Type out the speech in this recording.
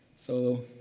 so,